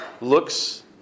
looks